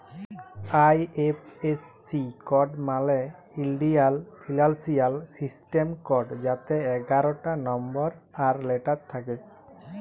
IFSC code মালে ইলডিয়াল financial system code যাতে এগারটা লম্বর আর লেটার থ্যাকে